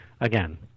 Again